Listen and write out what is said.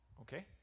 okay